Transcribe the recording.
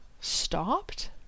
stopped